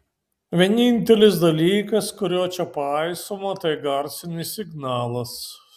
vienintelis dalykas kurio čia paisoma tai garsinis signalas